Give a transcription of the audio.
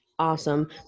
Awesome